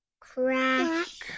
crash